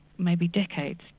maybe decades.